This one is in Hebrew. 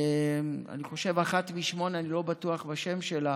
אני חושב אחת משמונה, אני לא בטוח בשם שלה,